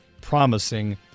promising